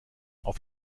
auf